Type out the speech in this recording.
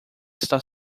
está